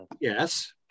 Yes